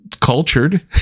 cultured